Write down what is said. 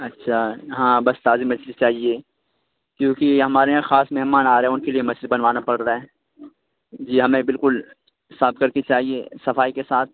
اچھا ہاں بس تازی مچھلی چاہیے کیونکہ ہمارے یہاں خاص مہمان آ رہے ہیں ان کے لیے مچھلی بنوانا پڑ رہا ہے جی ہمیں بالکل صاف کر کے چاہیے صفائی کے ساتھ